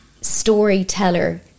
storyteller